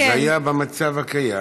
אז היה, במצב הקיים,